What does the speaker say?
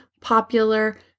popular